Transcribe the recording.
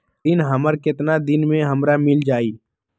ऋण हमर केतना दिन मे हमरा मील जाई?